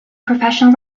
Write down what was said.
professional